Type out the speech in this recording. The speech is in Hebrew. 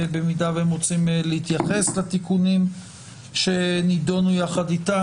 אם הם רוצים להתייחס לתיקונים שנידונו יחד איתם.